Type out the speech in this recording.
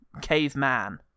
Caveman